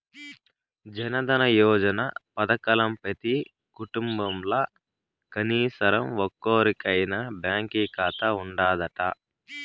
జనదన యోజన పదకంల పెతీ కుటుంబంల కనీసరం ఒక్కోరికైనా బాంకీ కాతా ఉండాదట